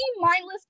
mindless